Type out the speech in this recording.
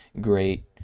great